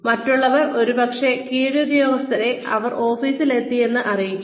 മറ്റുള്ളവർ ഒരുപക്ഷേ കീഴുദ്യോഗസ്ഥരെ അവർ ഓഫീസിൽ എത്തിയെന്ന് അറിയിക്കും